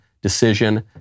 decision